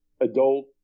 adult